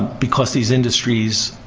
because these industries,